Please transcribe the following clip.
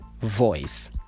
voice